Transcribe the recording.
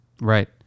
Right